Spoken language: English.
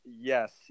yes